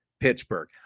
pittsburgh